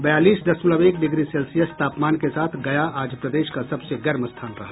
बयालीस दशमलव एक डिग्री सेल्सियस तापमान के साथ गया आज प्रदेश का सबसे गर्म स्थान रहा